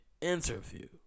interview